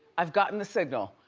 i've gotten the signal,